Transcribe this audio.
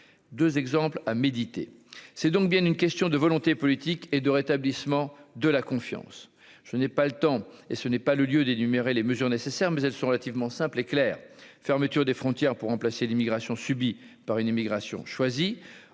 2 exemples à méditer, c'est donc bien une question de volonté politique et de rétablissement de la confiance, je n'ai pas le temps et ce n'est pas le lieu d'énumérer les mesures nécessaires, mais elles sont relativement simples et clairs, fermeture des frontières pour remplacer l'immigration subie par une immigration choisie,